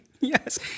Yes